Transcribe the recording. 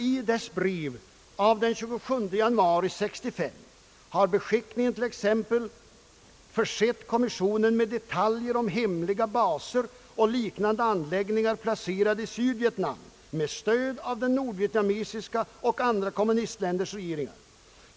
I dess brev av den 27 maj 1965 har beskickningen t.ex. försett kommissionen med detaljer om hemliga baser och liknande anläggningar placerade i Syd vietnam med stöd av Nordvietnams och andra kommunistländers regeringar.